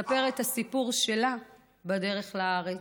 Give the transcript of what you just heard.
לספר את הסיפור שלה בדרך לארץ.